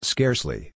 Scarcely